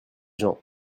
gens